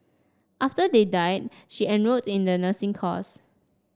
after they died she enrolled in the nursing course